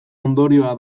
ondorioa